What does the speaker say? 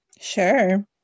sure